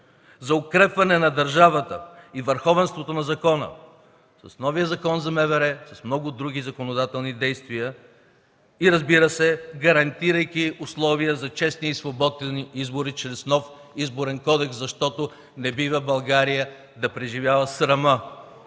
за укрепване на държавата и върховенството на закона с новия Закон за МВР и много други законодателни действия и, разбира се, гарантирайки условия за честни и свободни избори чрез нов Изборен кодекс, защото България не бива да преживява срама